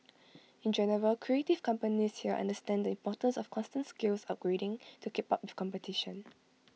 in general creative companies here understand the importance of constant skills upgrading to keep up with competition